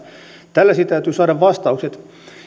tällaisiin täytyy saada vastaukset